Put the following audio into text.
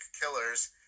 killers